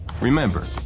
Remember